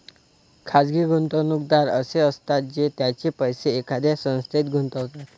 खाजगी गुंतवणूकदार असे असतात जे त्यांचे पैसे एखाद्या संस्थेत गुंतवतात